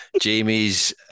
Jamie's